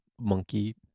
monkey